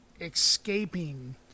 escaping